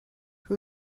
who